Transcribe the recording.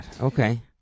okay